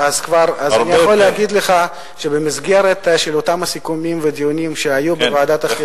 אז אני יכול להגיד לך שבמסגרת אותם סיכומים ודיונים שהיו בוועדת החינוך,